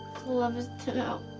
love is to know.